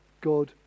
God